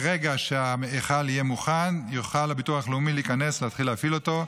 ברגע שההיכל יהיה מוכן יוכל הביטוח הלאומי להיכנס ולהתחיל להפעיל אותו.